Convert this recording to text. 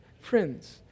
Friends